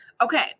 Okay